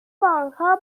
بانکها